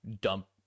dump